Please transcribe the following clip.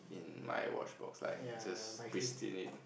in my watch box like just pristine it